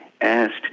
asked